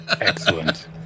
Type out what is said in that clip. Excellent